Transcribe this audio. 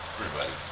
everybody.